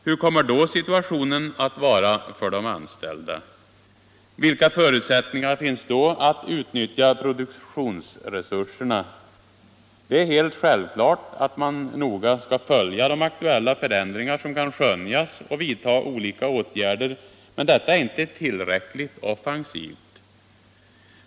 Hur kommer då läget att vara för de anställda? Vilka för = strin utsättningar finns då att utnyttja produktionsresurserna? Det är helt självklart att man noga skall följa de aktuella förändringar som kan skönjas och vidta olika åtgärder, men detta är inte tillräckligt offensivt.